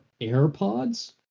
AirPods